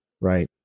Right